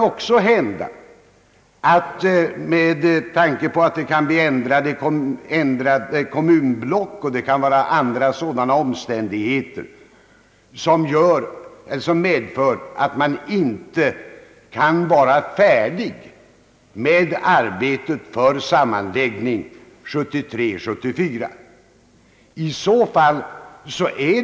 Det andra undantaget är att det kan ske ändringar i kommunblocksindelningen eller att det kan finnas andra omständigheter som medför att kommuner i vissa fall inte kan vara färdiga med arbetet för en sammanläggning 1973—1974.